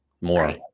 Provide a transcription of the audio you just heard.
more